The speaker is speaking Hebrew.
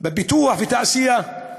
בפיתוח ותעשייה,